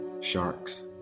Sharks